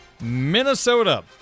Minnesota